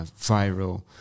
viral